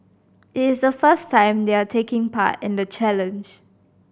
it is the first time they are taking part in the challenge